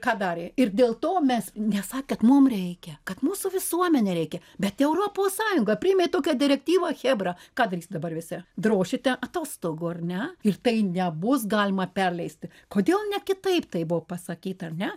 ką darė ir dėl to mes nesa kad mum reikia kad mūsų visuomenei reikia bet europos sąjunga priėmė tokią direktyvą chebra ką veiks dabar visi drošite atostogų ar ne ir tai nebus galima perleisti kodėl ne kitaip tai buvo pasakyta ar ne